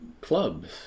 Clubs